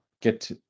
Get